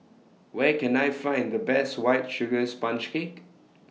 Where Can I Find The Best White Sugar Sponge Cake